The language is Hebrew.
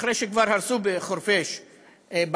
אחרי שכבר הרסו בחורפיש בית.